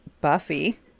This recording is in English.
Buffy